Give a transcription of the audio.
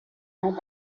camps